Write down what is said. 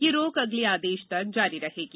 यह रोक अगले आदेश तक जारी रहेगी